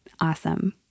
Awesome